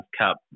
Cup